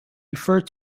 referred